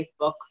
Facebook